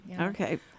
okay